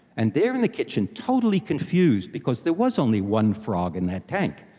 and they were in the kitchen totally confused because there was only one frog in that tank.